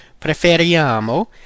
preferiamo